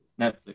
Netflix